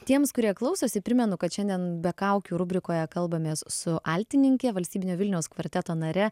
tiems kurie klausosi primenu kad šiandien be kaukių rubrikoje kalbamės su altininke valstybinio vilniaus kvarteto nare